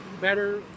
better